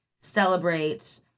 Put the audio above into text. celebrate